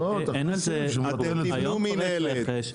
אתם תבנו מִנהלת.